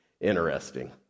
interesting